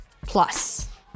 plus